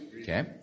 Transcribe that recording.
Okay